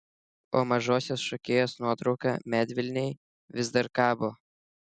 o mažosios šokėjos nuotrauka medvilnėj vis dar kabo